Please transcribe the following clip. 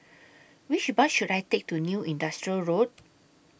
Which Bus should I Take to New Industrial Road